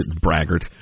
braggart